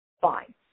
Fine